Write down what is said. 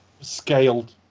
scaled